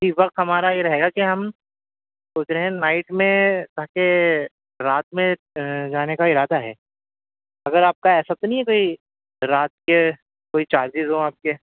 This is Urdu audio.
جی وقت ہمارا یہ رہے گا کہ ہم سوچ رہے ہیں نائٹ میں تاکہ رات میں جانے کا ارادہ ہے اگر آپ کا ایسا تو نہیں ہے کوئی رات کے کوئی چارجز ہوں آپ کے